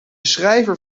schrijver